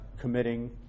committing